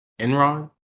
Enron